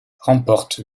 remporte